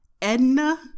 Edna